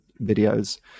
videos